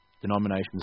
Denominations